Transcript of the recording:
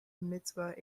mitzvah